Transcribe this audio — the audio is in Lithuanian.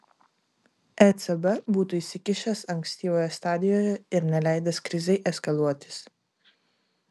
ecb būtų įsikišęs ankstyvoje stadijoje ir neleidęs krizei eskaluotis